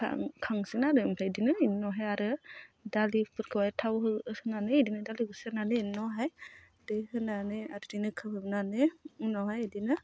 खांसिगोन आरो ओमफ्राय बिदिनो बिनि उनावहाय आरो दालिफोरखौहाय थाव होनानै बिदिनो दालिखौ सेरनानै बिनि उनावहाय दै होनानै आरो बिदिनो खोबहाबनानै उनावहाय बिदिनो